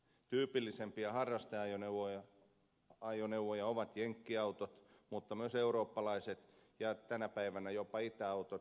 tyypillisimpiä harrasteajoneuvoja ovat jenkkiautot mutta myös eurooppalaiset ja tänä päivänä jopa itäautot